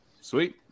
Sweet